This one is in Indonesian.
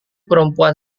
perempuan